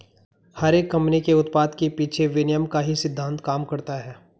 हर एक कम्पनी के उत्पाद के पीछे विनिमय का ही सिद्धान्त काम करता है